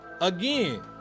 again